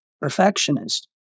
Perfectionist